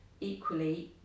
equally